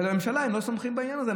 ועל הממשלה הם לא סומכים בעניין הזה.